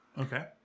Okay